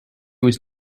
was